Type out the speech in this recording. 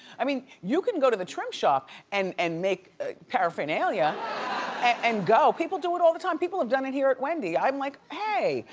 i mean you can go to the trim shop and and make ah paraphernalia and go. people do it all the time. people have done it here at wendy. i'm like hey,